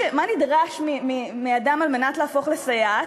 מה נדרש מאדם על מנת להפוך לסייעת?